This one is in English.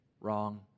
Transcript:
wrong